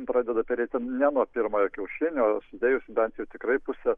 pradeda perėti ne nuo pirmojo kiaušinio sudėjus bent jau tikrai pusę